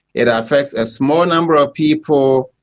it ah affects a small number of people,